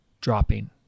dropping